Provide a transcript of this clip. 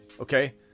Okay